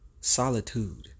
solitude